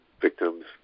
victims